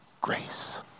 grace